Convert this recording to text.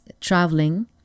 traveling